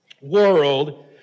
world